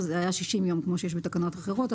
אלה היו 60 ימים כמו שיש בתקנות אחרות,